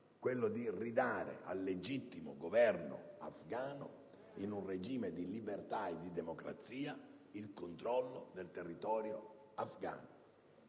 quello di ridare al legittimo Governo afgano, in un regime di libertà e di democrazia, il controllo del territorio afgano.